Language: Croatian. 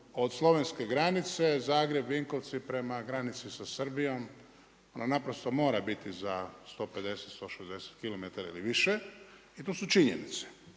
od slovenske granice, Zagreb, Vinkovci prema granici sa Srbijom, ona naprosto mora biti za 150, 160 kilometara ili više jer to su činjenice.